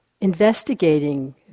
investigating